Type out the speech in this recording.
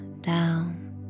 down